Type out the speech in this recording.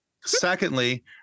Secondly